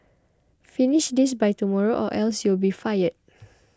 finish this by tomorrow or else you'll be fired